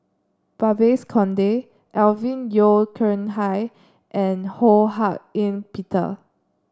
Babes Conde Alvin Yeo Khirn Hai and Ho Hak Ean Peter